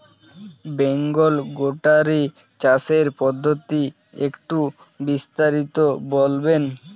Bengal goatery চাষের পদ্ধতি একটু বিস্তারিত বলবেন?